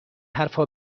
حرفا